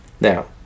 Now